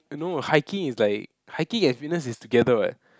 no hiking is like hiking and fitness is together [what]